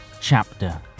chapter